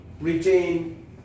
Retain